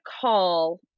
call